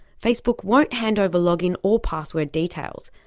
facebook won't hand over login or password details.